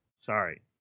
Sorry